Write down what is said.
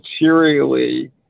materially